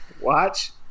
Watch